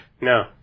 No